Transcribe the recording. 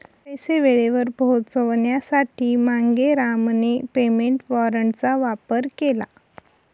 पैसे वेळेवर पोहोचवण्यासाठी मांगेरामने पेमेंट वॉरंटचा वापर केला